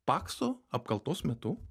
pakso apkaltos metu